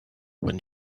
when